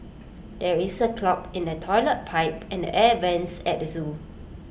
there is A clog in the Toilet Pipe and the air Vents at the Zoo